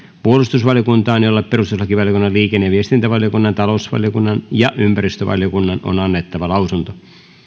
puolustusvaliokuntaan jolle perustuslakivaliokunnan liikenne ja viestintävaliokunnan talousvaliokunnan ja ympäristövaliokunnan on annettava lausunto